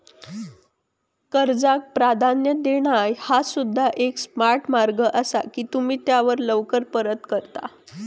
कर्जाक प्राधान्य देणा ह्या सुद्धा एक स्मार्ट मार्ग असा की तुम्ही त्या लवकर परत करता